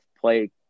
play